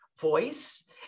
voice